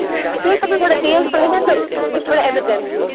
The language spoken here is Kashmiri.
تُہۍ حظ پٔکِو تھوڑا تیٖز پَہنَتھ تہٕ مےٚ چھِ تھوڑا ایمَرجَنسی